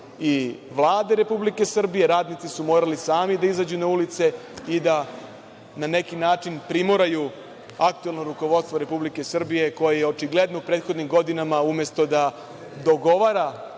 i Vlade Republike Srbije, radnici su morali sami da izađu na ulice i da na neki način primoraju aktuelno rukovodstvo Republike Srbije, koje je očigledno u prethodnim godinama, umesto da dogovara